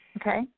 Okay